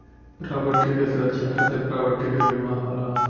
property के सुरक्षा खातिर प्रॉपर्टी के बीमा होला